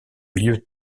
milieu